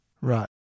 Right